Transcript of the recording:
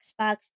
Xbox